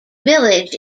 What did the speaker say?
village